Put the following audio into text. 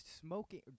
Smoking